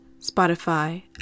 Spotify